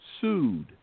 sued